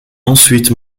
ensuite